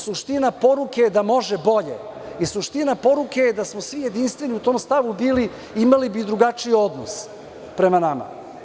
Suština poruke je da može bolje i suština poruke je da smo svi jedinstveni u tom stavu bili, imali bi drugačiji odnos prema nama.